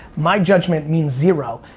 my judgment means zero.